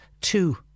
two